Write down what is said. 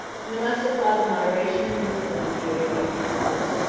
we must applaud the moderation and discipline of the arabian conquerors.